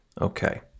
Okay